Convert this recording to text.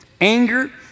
Anger